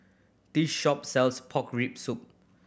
this shop sells pork rib soup